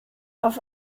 auf